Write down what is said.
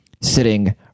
sitting